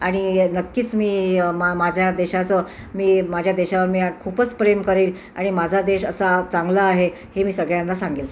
आणि नक्कीच मी मा माझ्या देशाचं मी माझ्या देशावर मी खूपच माझं प्रेम करेन आणि माझा देश असा चांगला आहे हे मी सगळयांना सांगेन